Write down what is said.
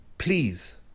Please